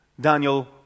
Daniel